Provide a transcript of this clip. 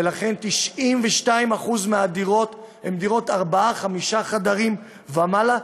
ולכן 92% מהדירות הן דירות ארבעה-חמישה חדרים ומעלה,